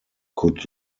could